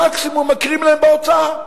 מקסימום מכירים להם בהוצאה,